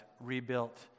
rebuilt